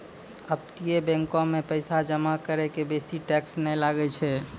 अपतटीय बैंको मे पैसा जमा करै के बेसी टैक्स नै लागै छै